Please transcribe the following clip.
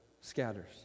scatters